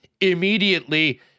immediately